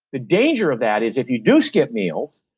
the danger of that is if you do skip meals,